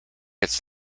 its